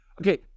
Okay